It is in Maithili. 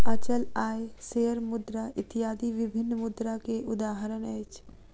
अचल आय, शेयर मुद्रा इत्यादि विभिन्न मुद्रा के उदाहरण अछि